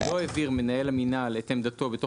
לא העביר מנהל המינהל את עמדתו בתוך